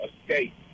escape